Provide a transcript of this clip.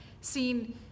seen